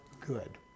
good